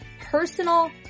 personal